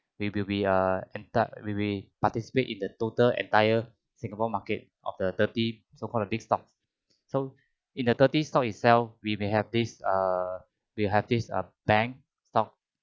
we will be uh enter we'll be participate in the total entire singapore market of the thirty so called the big stocks so in the thirty stocks itself we may have this uh we'll have this uh bank stock